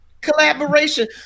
collaboration